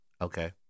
okay